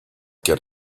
get